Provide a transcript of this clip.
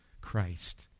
Christ